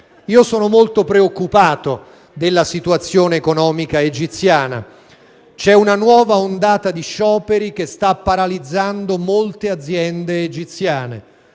Sono molto preoccupato per la situazione economica egiziana: c'è una nuova ondata di scioperi che sta paralizzando molte aziende egiziane;